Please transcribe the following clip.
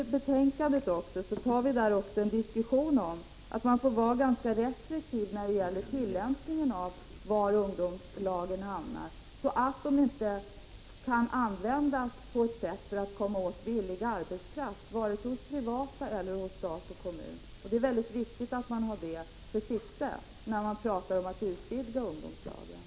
I betänkandet för vi också en diskussion om att man måste vara ganska restriktiv med var ungdomslagen hamnar, så att de inte används som ett medel att komma över billig arbetskraft, vare sig av det privata näringslivet eller av stat och kommun. Det är viktigt att man har det för ögonen när man talar om att utvidga ungdomslagen.